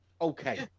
Okay